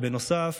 בנוסף,